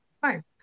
fine